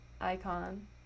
Icon